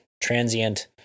transient